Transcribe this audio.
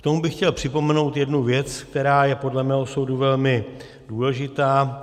K tomu bych chtěl připomenout jednu věc, která je podle mého soudu velmi důležitá.